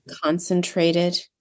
concentrated